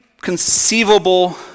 conceivable